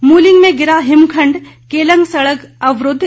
mulling में गिरा हिमखंड केलंग सड़क अवरूद्व